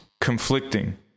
conflicting